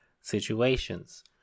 situations